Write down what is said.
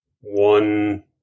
one